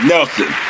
Nelson